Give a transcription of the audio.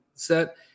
set